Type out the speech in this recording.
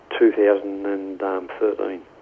2013